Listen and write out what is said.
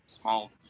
small